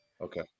okay